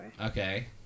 Okay